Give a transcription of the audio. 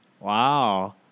Wow